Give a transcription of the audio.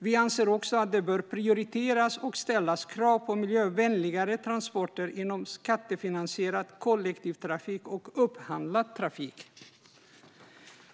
Vi anser också att man behöver prioritera och ställa krav på miljövänligare transporter inom skattefinansierad kollektivtrafik och upphandlad trafik.